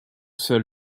seul